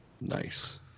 Nice